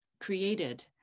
created